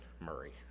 Murray